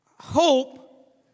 hope